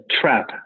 trap